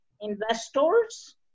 investors